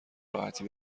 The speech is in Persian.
راحتی